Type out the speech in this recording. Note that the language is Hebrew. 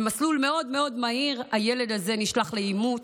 במסלול מאוד מאוד מהיר הילד הזה נשלח לאימוץ.